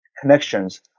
connections